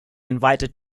invited